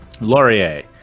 Laurier